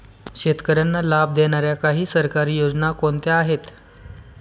शेतकऱ्यांना लाभ देणाऱ्या काही सरकारी योजना कोणत्या आहेत?